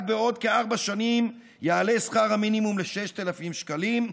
רק בעוד כארבע שנים יעלה שכר המינימום ל-6,000 שקלים,